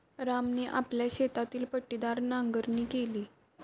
रामने आपल्या शेतातील पट्टीदार नांगरणी केली